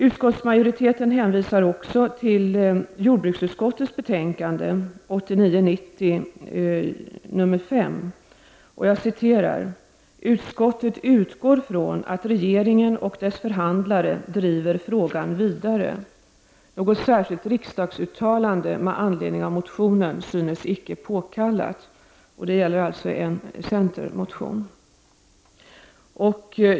Utskottsmajoriteten hänvisar också till jordbruksutskottets betänkande 1989/90:JoU5, där det sägs: ''Utskottet utgår från att regeringen och dess förhandlare driver frågan vidare. Något särskilt riksdagsuttalande med anledning av -- motionen synes således icke påkallat.'' Det var alltså fråga om en centermotion.